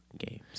games